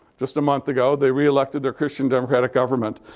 just a month ago, they reelected their christian democratic government.